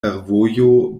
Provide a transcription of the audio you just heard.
fervojo